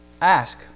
Ask